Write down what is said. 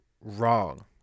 wrong